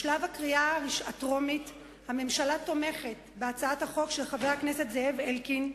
בשלב הקריאה הטרומית הממשלה תומכת בהצעת החוק של חבר הכנסת זאב אלקין,